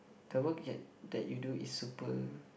the work you that you do is super